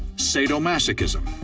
sadomasochism,